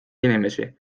inimesi